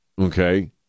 okay